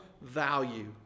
value